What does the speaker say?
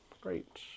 Great